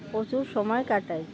প্রচুর সময় কাটাই